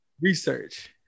research